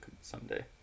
someday